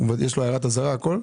יש לו הערת אזהרה, הכל?